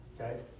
Okay